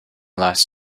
last